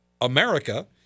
America